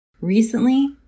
Recently